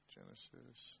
Genesis